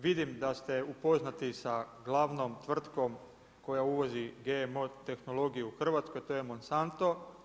Vidim da ste upoznati sa glavnom tvrtkom koja uvozi GMO tehnologiju u Hrvatskoj a to je Monsanto.